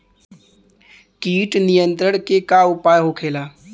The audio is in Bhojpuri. कीट नियंत्रण के का उपाय होखेला?